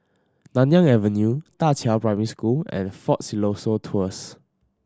Nanyang Avenue Da Qiao Primary School and Fort Siloso Tours